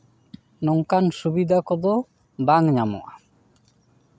ᱱᱚᱝᱠᱟᱱ ᱥᱩᱵᱤᱫᱷᱟ ᱠᱚᱫᱚ ᱵᱟᱝ ᱧᱟᱢᱚᱜᱼᱟ